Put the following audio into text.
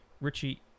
Richie